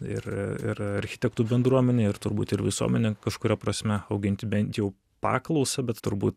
ir ir architektų bendruomenė ir turbūt ir visuomenė kažkuria prasme auginti bent jau paklausą bet turbūt